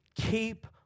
Keep